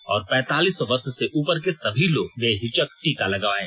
और पैंतालीस वर्ष से उपर के सभी लोग बेहिचक टीका लगवायें